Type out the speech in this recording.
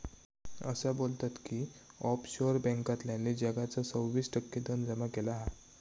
असा बोलतत की ऑफशोअर बॅन्कांतल्यानी जगाचा सव्वीस टक्के धन जमा केला हा